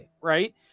right